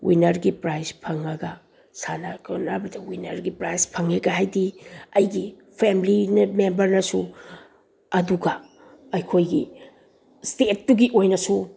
ꯋꯤꯅꯔꯒꯤ prize ꯐꯪꯂꯕ ꯁꯥꯟꯅ ꯈꯣꯠꯅꯕꯗ ꯋꯤꯅꯔꯒꯤ ꯄ꯭ꯔꯥꯏꯖ ꯐꯪꯂꯦꯀ ꯍꯥꯏꯗꯤ ꯑꯩꯒꯤ ꯐꯦꯝꯂꯤꯅ ꯃꯦꯝꯕꯔꯅꯁꯨ ꯑꯗꯨꯒ ꯑꯩꯈꯣꯏꯒꯤ ꯏꯁꯇꯦꯠꯇꯨꯒꯤ ꯑꯣꯏꯅꯁꯨ